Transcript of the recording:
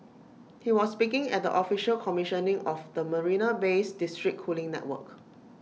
he was speaking at the official commissioning of the marina Bay's district cooling network